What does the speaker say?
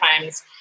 times